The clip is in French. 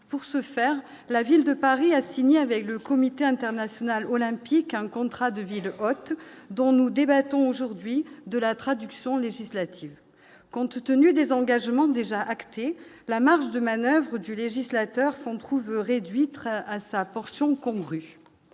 pour ce faire la ville de Paris, a signé avec le comité international olympique, un contrat de ville hôte dont nous débattons aujourd'hui de la traduction législative, compte tenu des engagements déjà acté la marge de manoeuvre du législateur s'en trouve réduit très à sa portion congrue,